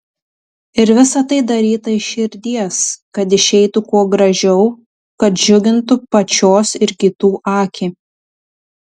ir visa tai daryta iš širdies kad išeitų kuo gražiau kad džiugintų pačios ir kitų akį